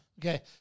Okay